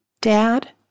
Dad